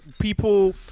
people